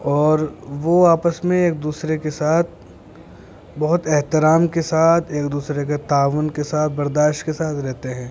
اور وہ آپس میں ایک دوسرے کے ساتھ بہت احترام کے ساتھ ایک دوسرے کے تعاون کے ساتھ برداشت کے ساتھ رہتے ہیں